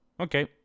okay